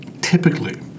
Typically